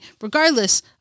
regardless